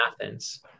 Athens